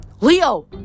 Leo